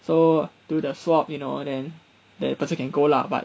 so do the swab you know then that person can go lah but